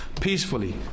peacefully